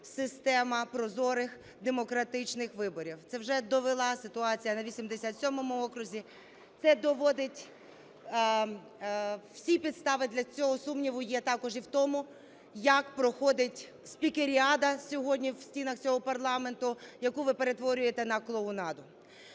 система прозорих, демократичних виборів. Це вже довела ситуація на 87 окрузі. Це доводить… Всі підстави для цього сумніву є також і в тому, як проходить спікеріада сьогодні в стінах цього парламенту, яку ви перетворюєте на клоунаду.